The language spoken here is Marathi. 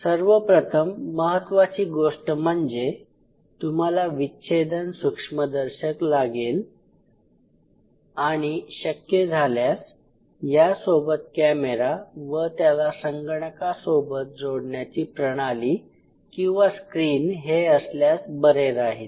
सर्वप्रथम महत्त्वाची गोष्ट म्हणजे तुम्हाला विच्छेदन सूक्ष्मदर्शक लागेल आणि शक्य झाल्यास या सोबत कॅमेरा व त्याला संगणकासोबत जोडण्याची प्रणाली किंवा स्क्रीन हे असल्यास बरे राहील